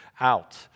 out